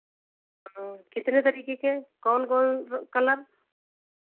कितने तरीके के हैं कौन कौन कलर